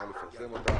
נא לפרסם אותה.